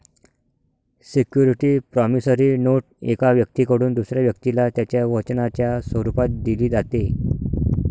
security promissory note एका व्यक्तीकडून दुसऱ्या व्यक्तीला त्याच्या वचनाच्या स्वरूपात दिली जाते